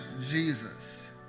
Jesus